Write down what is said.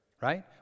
Right